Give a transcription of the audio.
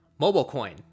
Mobilecoin